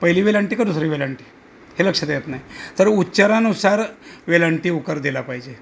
पहिली वेलांटी का दुसरी वेलांटी हे लक्षात येत नाही तर उच्चारानुसार वेलांटी उकार दिला पाहिजे